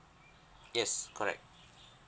yes correct